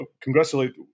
congratulate